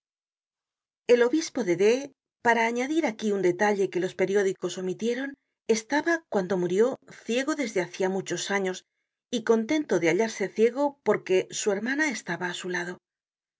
el obispo de d para añadir aquí un detalle que los periódicos omitieron estaba cuando murió ciego desde hacia muchos años y contento de hallarse ciego porque su hermana estaba á su lado